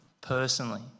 personally